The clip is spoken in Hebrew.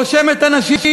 רושם אנשים,